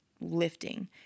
lifting